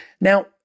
Now